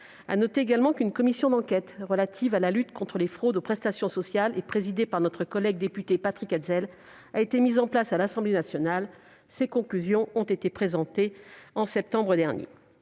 Notons également qu'une commission d'enquête relative à la lutte contre les fraudes aux prestations sociales, présidée par notre collègue député Patrick Hetzel, a été mise en place à l'Assemblée nationale. Ses conclusions ont été présentées en septembre dernier.